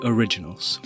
Originals